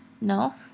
No